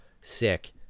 sick